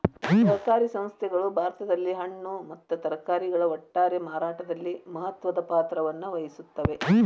ಸಹಕಾರಿ ಸಂಸ್ಥೆಗಳು ಭಾರತದಲ್ಲಿ ಹಣ್ಣು ಮತ್ತ ತರಕಾರಿಗಳ ಒಟ್ಟಾರೆ ಮಾರಾಟದಲ್ಲಿ ಮಹತ್ವದ ಪಾತ್ರವನ್ನು ವಹಿಸುತ್ತವೆ